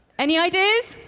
any ideas?